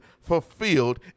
fulfilled